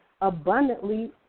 abundantly